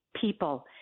people